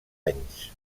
anys